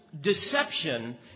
Deception